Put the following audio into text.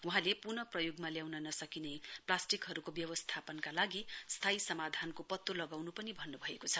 वहाँले पुन प्रयोगमा ल्याउन नसकिने प्लास्टिकहरुको व्यवास्थापनका लागि स्थायी समाधानको पत्तो लगाउनु भन्नुभएको छ